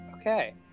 Okay